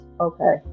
Okay